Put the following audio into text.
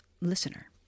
listener